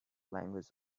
language